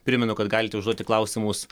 primenu kad galite užduoti klausimus